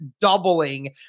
doubling